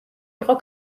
იყო